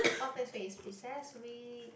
cause next week is recess week